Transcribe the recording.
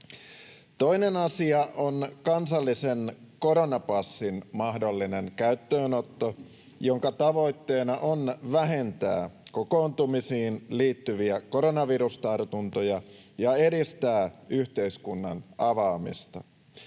Toinen asia on kansallisen koronapassin mahdollinen käyttöönotto, jonka tavoitteena on vähentää kokoontumisiin liittyviä koronavirustartuntoja ja edistää yhteiskunnan avaamista.